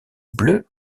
bleu